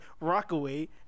Rockaway